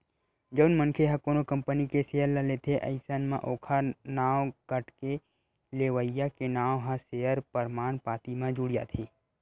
जउन मनखे ह कोनो कंपनी के सेयर ल लेथे अइसन म ओखर नांव कटके लेवइया के नांव ह सेयर परमान पाती म जुड़ जाथे